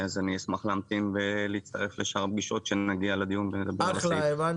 ניסינו להציע הצעות שונות במהלך הדין ודברים שהיה